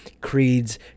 creeds